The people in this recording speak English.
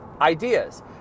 ideas